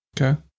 Okay